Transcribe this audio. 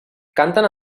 canten